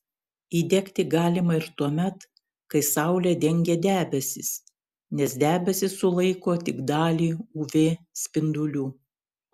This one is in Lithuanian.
įdegti galima ir tuomet kai saulę dengia debesys nes debesys sulaiko tik dalį uv spindulių